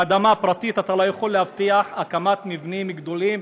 באדמה פרטית אתה לא יכול להבטיח הקמת מבנים גדולים,